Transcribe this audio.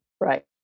Right